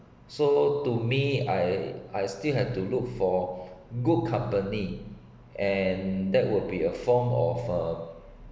so to me I I still had to look for good company and that will be a form of uh